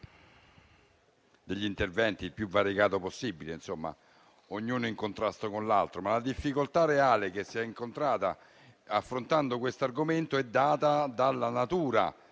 degli interventi più variegati, l'uno in contrasto con l'altro, la difficoltà reale che si è incontrata affrontando questo argomento è data dalla natura